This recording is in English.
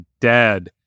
dead